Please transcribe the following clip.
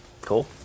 Cool